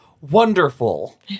Wonderful